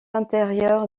intérieur